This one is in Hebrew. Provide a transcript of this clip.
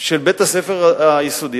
של בית-הספר היסודי,